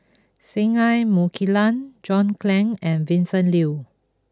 Singai Mukilan John Clang and Vincent Leow